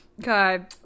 God